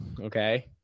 okay